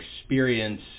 experience